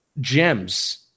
gems